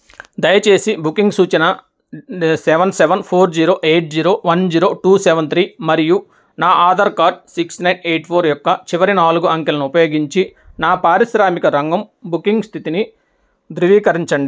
దయచేసి బుకింగ్ సూచన seven seven four zero eight zero one zero two seven three మరియు నా Aadhaar card six nine eight four యొక్క చివరి నాలుగు అంకెలను ఉపయోగించి నా పారిశ్రామిక రంగం బుకింగ్ స్థితిని ధృవీకరించండ్